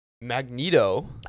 Magneto